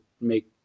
make